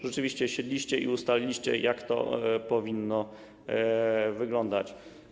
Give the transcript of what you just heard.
Rzeczywiście siedliście i ustaliliście, jak to powinno wyglądać.